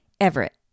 Everett